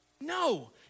No